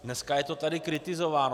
Dneska je to tady kritizováno.